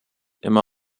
immer